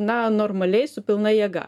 na normaliai su pilna jėga